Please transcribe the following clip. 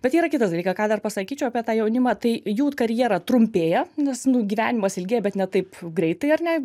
bet yra kitas dalykas ką dar pasakyčiau apie tą jaunimą tai jų karjera trumpėja nes nu gyvenimas ilgėja bet ne taip greitai ar ne